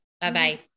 Bye-bye